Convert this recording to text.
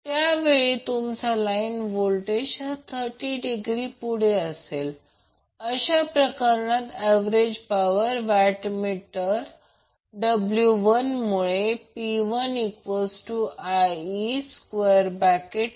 तर या तीन लाईन a b c आहेत आणि हे लोड जोडलेले आहेत हे बॅलन्सड लोड 1 आहे आणि हे बॅलन्सड लोड 2 आहे हे लोड जोडलेले आहेत